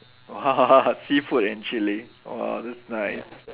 !wah! seafood and chili !wah! that's nice